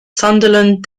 sunderland